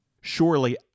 Surely